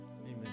Amen